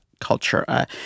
culture